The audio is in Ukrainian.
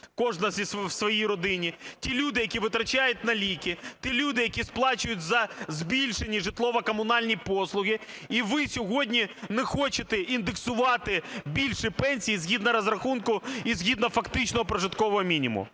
кожна у своїй родині, ті люди, які витрачають на ліки, ті люди, які сплачують за збільшені житлово-комунальні послуги. І ви сьогодні не хочете індексувати більші пенсій згідно розрахунку і згідно фактичного прожиткового мінімуму.